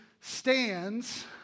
stands